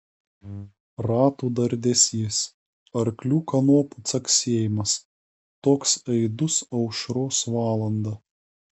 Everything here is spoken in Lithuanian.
ratų dardesys arklių kanopų caksėjimas toks aidus aušros valandą